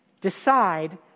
decide